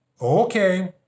Okay